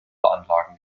anlagen